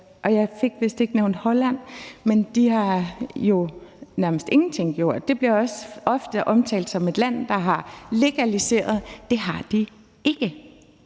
vist ikke nævnt Holland, men de har jo nærmest ingenting gjort. Det bliver også ofte omtalt som et land, der har legaliseret det. Det har de ikke.